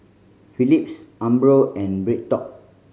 Phillips Umbro and BreadTalk